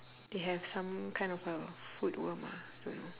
they have some kind of a food worm ah don't know